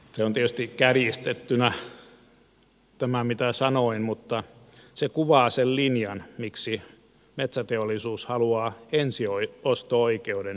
se on tietysti kärjistettynä tämä mitä sanoin mutta se kuvaa sen linjan miksi metsäteollisuus haluaa ensiosto oikeuden puuhun